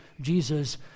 Jesus